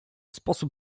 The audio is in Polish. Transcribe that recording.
sposób